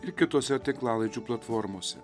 ir kitose tinklalaidžių platformose